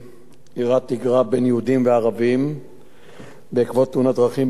אירעה תגרה בין יהודים וערבים בעקבות תאונת דרכים בין שני כלי רכב.